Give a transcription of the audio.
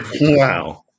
Wow